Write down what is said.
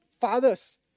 fathers